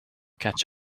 catch